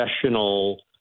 professional